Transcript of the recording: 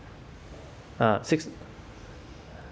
uh six